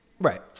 Right